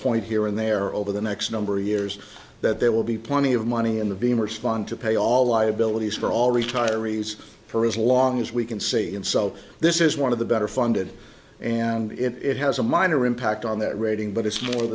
point here and there over the next number of years that there will be plenty of money in the beamer spawn to pay all liabilities for all retirees for as long as we can see and so this is one of the better funded and it has a minor impact on that rating but it's more